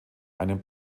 einem